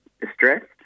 distressed